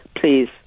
please